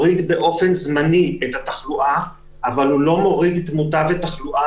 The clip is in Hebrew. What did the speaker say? השני במצב שבו בתי החולים לא קרסו ולא הייתה אי-ספיקה.